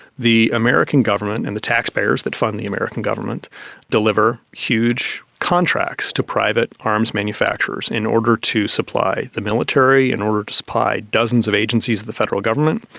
the american government and the taxpayers that fund the american government deliver huge contracts to private arms manufacturers in order to supply the military, in order to supply dozens of agencies of the federal government,